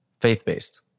faith-based